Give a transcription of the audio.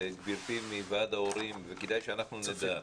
וגברתי מוועד ההורים וכדאי שאנחנו נדע,